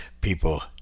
people